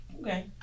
Okay